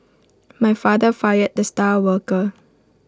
my father fired the star worker